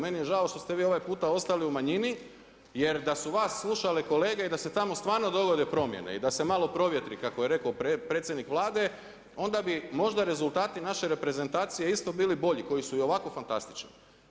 Meni je žao što ste vi ovaj puta ostali u manjini, jer da su vas slušale kolege, i da se tamo stvarno dogode promjene i da se malo provjetri kako je rekao predsjednik Vlade, onda bi možda rezultati naše reprezentacije, isto bili bolji, koji su i ovako fantastični.